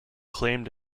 claimed